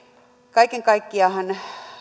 kaiken kaikkiaanhan